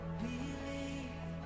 believe